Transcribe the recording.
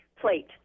plate